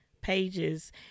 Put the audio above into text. pages